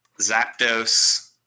Zapdos